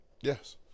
Yes